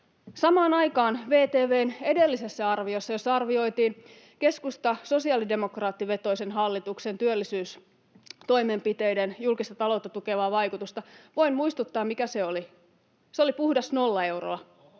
Samaan aikaan VTV:n edellisessä arviossa, jossa arvioitiin keskusta—sosiaalidemokraatti-vetoisen hallituksen työllisyystoimenpiteiden julkista taloutta tukevaa vaikutusta — voin muistuttaa, mikä se oli. Se oli puhdas nolla euroa.